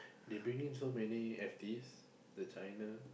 they bring in so many F_Ts the China